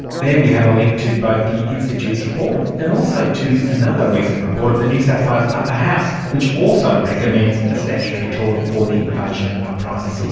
there we have a link to both the institute's report and also to another recent report of the new south wales upper house, which also recommends a statutory tort for the invasion of privacy